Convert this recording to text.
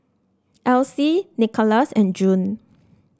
Elyse Nickolas and June